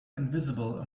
invisible